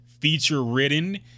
feature-ridden